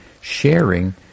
sharing